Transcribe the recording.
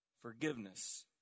forgiveness